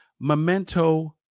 Memento